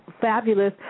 fabulous